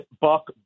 Buck